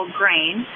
grain